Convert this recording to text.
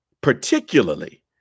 particularly